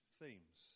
themes